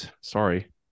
sorry